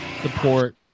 support